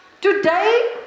Today